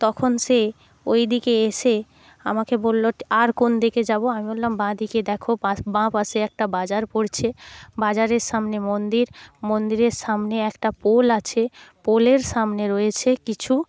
তখন সে ওই দিকে এসে আমাখে বললো আর কোন দিকে যাবো আমি বললাম বাঁদিকে দেখো বাঁ পাশে একটা বাজার পড়ছে বাজারের সামনে মন্দির মন্দিরের সামনে একটা পোল আছে পোলের সামনে রয়েছে কিছু